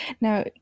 Now